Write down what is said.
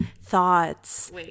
Thoughts